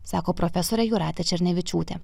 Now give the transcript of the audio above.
sako profesorė jūratė černevičiūtė